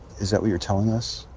is that what you're telling us?